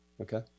Okay